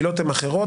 העילות הן אחרות,